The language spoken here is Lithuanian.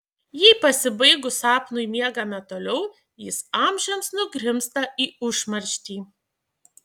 jei pasibaigus sapnui miegame toliau jis amžiams nugrimzta į užmarštį